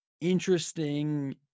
interesting